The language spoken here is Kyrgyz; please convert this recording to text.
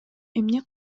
эмне